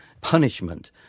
punishment